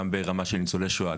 גם ברמה של ניצולי שואה,